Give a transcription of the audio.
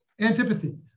antipathy